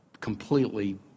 completely